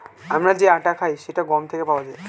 আমরা যে আটা খাই সেটা গম থেকে পাওয়া যায়